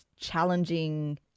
challenging